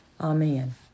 Amen